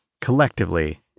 collectively